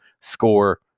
score